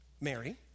Mary